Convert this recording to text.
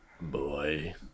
Boy